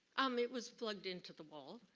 um it was plugged into the wall,